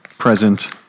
Present